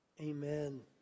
amen